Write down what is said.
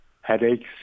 headaches